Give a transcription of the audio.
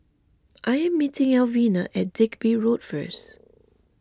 I am meeting Alvena at Digby Road first